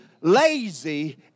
Lazy